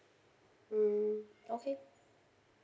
hmm okay